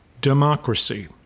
democracy